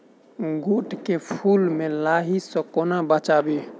गोट केँ फुल केँ लाही सऽ कोना बचाबी?